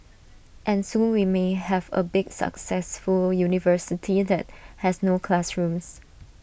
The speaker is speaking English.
and soon we may have A big successful university that has no classrooms